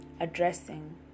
Addressing